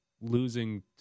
losing